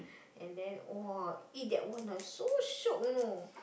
and then !woah! eat that one ah so shiok you know